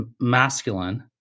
masculine